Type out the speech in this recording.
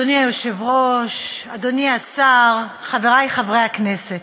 אדוני היושב-ראש, אדוני השר, חברי חברי הכנסת,